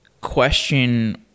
question